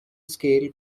scale